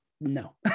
No